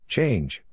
Change